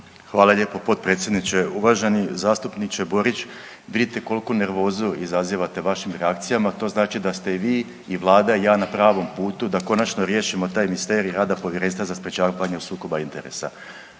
Hvala lijepo potpredsjedniče. Uvaženi zastupniče Borić, vidite koliku nervozu izazivate vašim reakcijama. To znači da ste i vi i Vlada i ja na pravom putu da konačno riješimo taj misterij rada Povjerenstva za sprječavanje sukoba interesa.